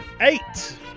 Eight